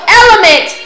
element